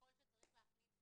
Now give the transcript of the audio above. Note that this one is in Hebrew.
ככל שצריך להכניס